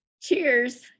Cheers